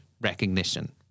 recognition